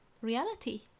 reality